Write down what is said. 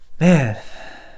Man